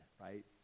right